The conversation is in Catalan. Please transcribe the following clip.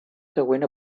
següent